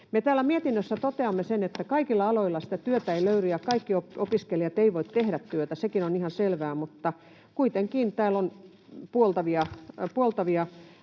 Me täällä mietinnössä toteamme sen, että kaikilla aloilla työtä ei löydy ja kaikki opiskelijat eivät voi työtä tehdä — sekin on ihan selvää — mutta kuitenkin täällä on puoltavia asioita,